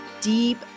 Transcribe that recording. deep